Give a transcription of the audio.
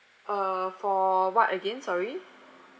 uh for what again sorry